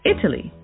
Italy